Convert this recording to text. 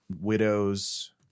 widows